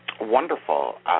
wonderful